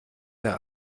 der